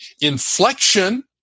inflection